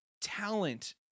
talent